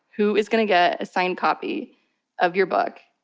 who is going to get a signed copy of your book?